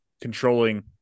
controlling –